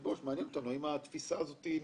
בראש את חושבת שהתפיסה הזאת נכונה.